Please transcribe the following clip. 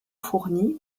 fournie